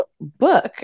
book